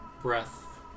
breath